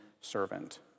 servant